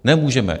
Nemůžeme!